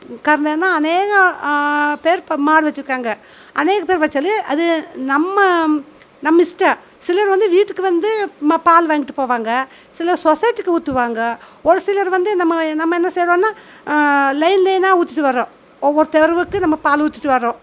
கறந்தேனா அநேக பேர் இப்போ மாடு வச்சிருக்காங்க அநேக பேர் வச்சாலும் அது நம்ம நம்ம இஷ்டா சிலர் வந்து வீட்டுக்கு வந்து பால் வாங்கிட்டு போவாங்க சிலர் சொசைட்டிக்கு ஊற்றுவாங்க ஒரு சிலர் வந்து நம்ம நம்ம என்ன செய்கிறோன்னா லைன் லைனாக ஊற்றிட்டு வரோம் ஒவ்வொரு தெருவுக்கு நம்ம பால் ஊத்திட்டு வரோம்